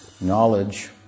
Knowledge